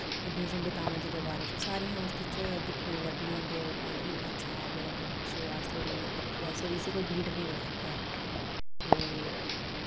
ते भीश्म पितामाह् जी दे बारे च ओह् सारियां उसदे च दिक्खने गी लभदियां ते ओह् काफी अच्छा मेरा फेवरेट शो अज्ज धोड़ी मतलब की अज्ज धोड़ी उस्सी कोई बीट निं करी सकेआ ऐ ते